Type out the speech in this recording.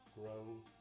grow